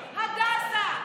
הדסה,